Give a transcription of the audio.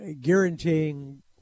guaranteeing